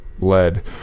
lead